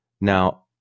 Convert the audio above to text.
Now